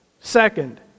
Second